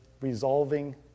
resolving